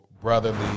Brotherly